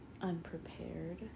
unprepared